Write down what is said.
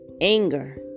anger